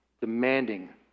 demanding